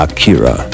Akira